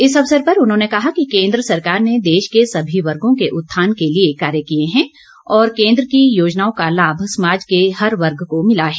इस अवसर पर उन्होंने कहा कि केन्द्र सरकार ने देश के सभी वर्गो के उत्थान के लिए कार्य किए हैं और केंद्र की योजनाओं का लाभ समाज के हर वर्ग को मिला है